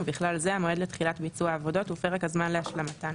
ובכלל זה המועד לתחילת ביצוע העבודות ופרק הזמן להשלמתן,